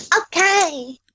Okay